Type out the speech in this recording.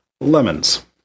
Lemons